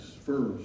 first